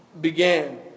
began